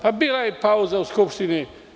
Pa, bila je pauza u Skupštini.